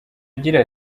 agira